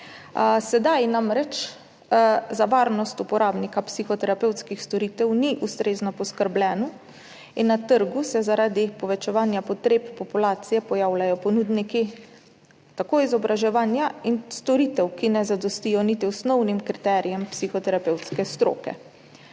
Sedaj namreč za varnost uporabnika psihoterapevtskih storitev ni ustrezno poskrbljeno in na trgu se zaradi povečevanja potreb populacije pojavljajo ponudniki tako izobraževanja kot storitev, ki ne zadostijo niti osnovnim kriterijem psihoterapevtske stroke.